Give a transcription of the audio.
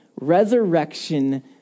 Resurrection